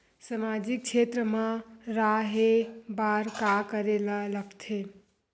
सामाजिक क्षेत्र मा रा हे बार का करे ला लग थे